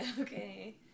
Okay